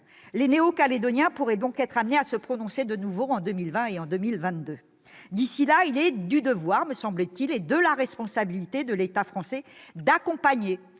les Néo-Calédoniens pourraient donc être amenés à se prononcer de nouveau en 2020 et 2022. D'ici là, il est du devoir et de la responsabilité de l'État français d'accompagner